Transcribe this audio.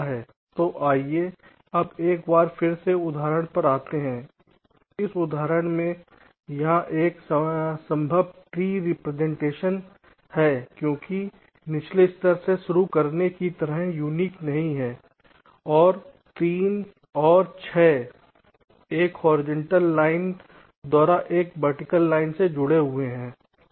तो आइए अब एक बार फिर इस उदाहरण पर आते हैं इस उदाहरण में यह एक संभव ट्री रिप्रेजेंटेशन है क्योंकि यह निचले स्तर से शुरू करने की तरह यूनिक नहीं है 3 और 6 एक होरिजेंटल लाइन द्वारा एक वर्टिकल लाइन से जुड़े हुए हैं